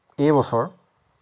এইবছৰ